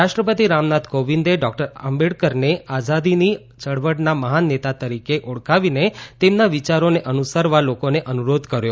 રાષ્ટ્રપતિ રામનાથ કોવિંદે ડોકટર આંબેડકરને આઝાદીની યળવળના મહાન નેતા તરીકે ઓળખાવીને તેમના વિચારોને અનુસરવા લોકોને અનુરોધ કર્યો